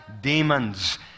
Demons